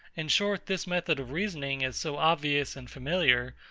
in short, this method of reasoning is so obvious and familiar,